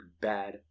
bad